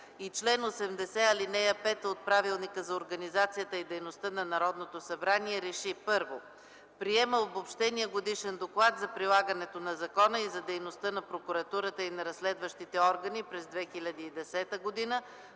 и чл. 80, ал. 5 от Правилника за организацията и дейността на Народното събрание Р Е Ш И: 1. Приема Обобщения годишен доклад за прилагането на Закона и за дейността на прокуратурата и на разследващите органи през 2010 г.